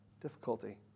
difficulty